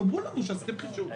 תאמרו לנו שעשיתם חישוב.